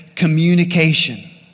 Communication